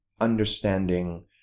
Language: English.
understanding